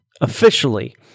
officially